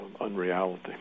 unreality